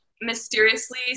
mysteriously